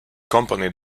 company